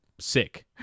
Sick